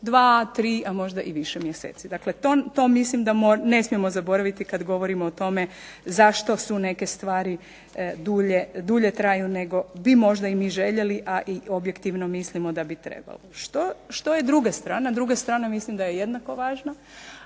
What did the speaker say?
dva, tri, a možda i više mjeseci. Dakle to mislim da ne smijemo zaboraviti kad govorimo o tome zašto su neke stvari dulje traju nego bi možda i mi željeli, a i objektivno mislimo da bi trebalo. Što je druga strana? Druga strana mislim da je jednako važna,